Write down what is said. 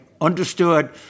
understood